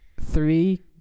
Three